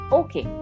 okay